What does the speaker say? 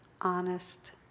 honest